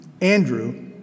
Andrew